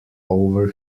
over